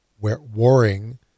warring